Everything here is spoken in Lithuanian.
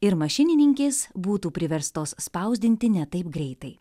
ir mašininkės būtų priverstos spausdinti ne taip greitai